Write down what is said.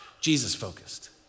Jesus-focused